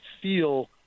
feel